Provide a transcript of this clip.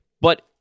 But-